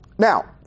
Now